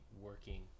working